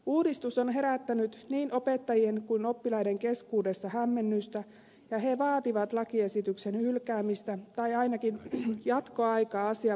uudistus on herättänyt niin opettajien kuin oppilaidenkin keskuudessa hämmennystä ja he vaativat lakiesityksen hylkäämistä tai ainakin jatkoaikaa asian valmistelulle